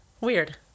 Weird